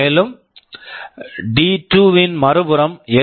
மேலும் டி2 D2 ன் மறுபுறம் எல்